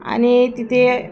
आणि तिथे